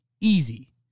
easy